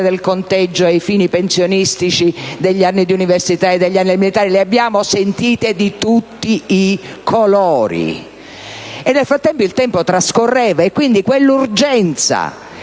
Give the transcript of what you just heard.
del conteggio ai fini pensionistici degli anni di università. Ne abbiano sentite di tutti i colori, e nel frattempo il tempo trascorreva. Quindi quell'urgenza,